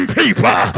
people